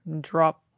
Drop